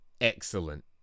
excellent